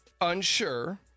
unsure